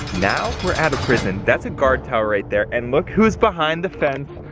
now we're at the prison. that's a guard tower right there and look who's behind the fence.